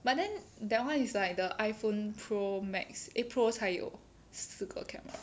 but then that [one] is like the iphone pro max eh pro 才有四个 camera